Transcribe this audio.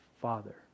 Father